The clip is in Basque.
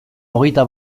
hogeita